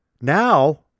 Now